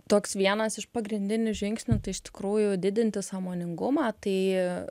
toks vienas iš pagrindinių žingsnių tai iš tikrųjų didinti sąmoningumą tai